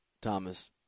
Thomas